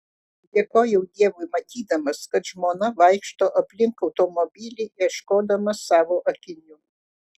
dėkojau dievui matydamas kad žmona vaikšto aplink automobilį ieškodama savo akinių